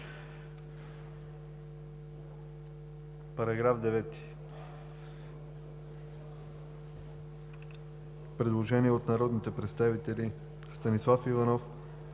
По § 5 има предложение от народните представители Станислав Иванов,